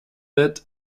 that